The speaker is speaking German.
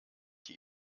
die